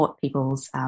people's